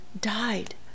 died